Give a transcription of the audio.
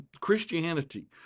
Christianity